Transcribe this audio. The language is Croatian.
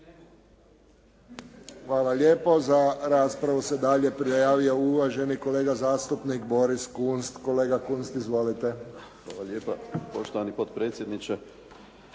Hvala lijepo. Za raspravu se dalje prijavio uvaženi kolega zastupnik Boris Kunst. Kolega Kunst, izvolite. **Kunst, Boris (HDZ)** Hvala lijepa. Poštovani potpredsjedniče,